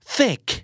Thick